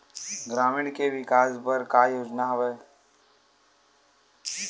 ग्रामीणों के विकास बर का योजना हवय?